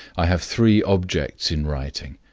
i have three objects in writing.